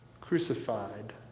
crucified